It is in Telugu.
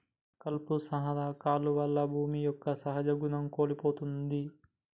కలుపు సంహార కాలువల్ల భూమి యొక్క సహజ గుణం కోల్పోతుంది